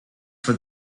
for